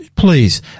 Please